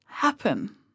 Happen